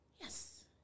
Yes